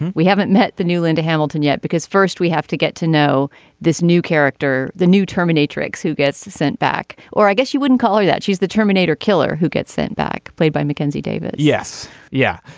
we haven't met the new linda hamilton yet because first we have to get to know this new character the new terminate tricks. who gets sent back or i guess you wouldn't call her that she's the terminator killer who gets sent back played by mackenzie david yes. yeah.